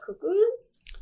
cuckoos